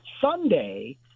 Sunday